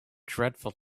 dreadful